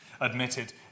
admitted